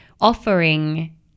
offering